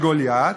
גברת היושבת-ראש,